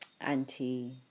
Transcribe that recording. anti